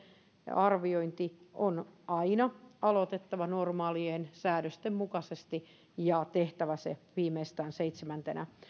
arviointi on aina aloitettava normaalien säädösten mukaisesti ja tehtävä se viimeistään seitsemäntenä